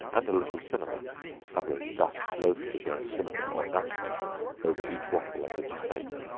and a little cinnamon others dust loaf sugar and cinnamon, or nutmeg over each waffle, as it is baked.